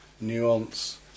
nuance